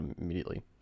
immediately